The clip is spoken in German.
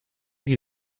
die